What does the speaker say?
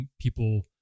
people